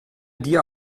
dir